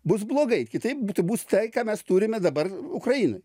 bus blogai kitaip bus tai ką mes turime dabar ukrainoj